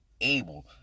able